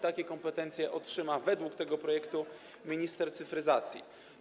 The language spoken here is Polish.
Takie kompetencje otrzyma według tego projektu minister cyfryzacji.